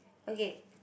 okay